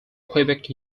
quebec